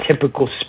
typical